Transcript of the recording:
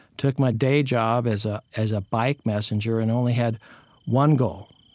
took my day job as ah as a bike messenger and only had one goal,